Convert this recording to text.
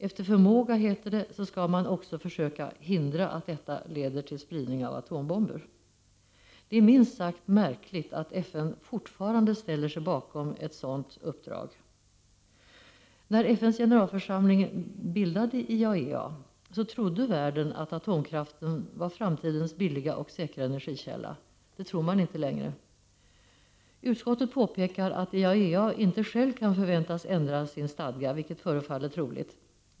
Efter förmåga, heter det, skall man också försöka hindra att detta leder till spridning av atombomber. Det är minst sagt märkligt att FN fortfarande ställer sig bakom ett sådant uppdrag. När FN:s generalförsamling bildade IAEA trodde världen att atomkraften var framtidens billiga och säkra energikälla. Det tror man inte längre. Utskottet påpekar att IAEA inte själv kan förväntas ändra sin stadga, vilket förefaller troligt.